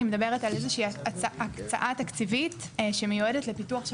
אני מדברת על איזושהי הקצאה תקציבית שמיועדת לפיתוח של